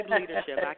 leadership